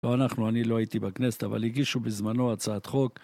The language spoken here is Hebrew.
לא, אנחנו, אני לא הייתי בכנסת, אבל הגישו בזמנו הצעת חוק.